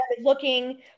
looking